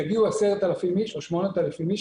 יגיעו 10,000 אנשים או 8,000 אנשים